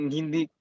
Hindi